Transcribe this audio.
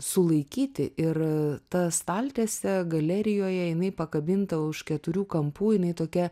sulaikyti ir ta staltiesė galerijoje jinai pakabinta už keturių kampų jinai tokia